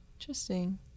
interesting